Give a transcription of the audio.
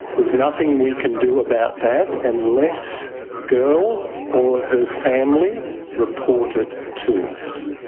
there's nothing we can do about that unless the girl or her family report it to us.